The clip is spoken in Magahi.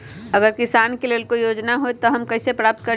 अगर किसान के लेल कोई योजना है त हम कईसे प्राप्त करी?